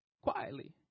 Quietly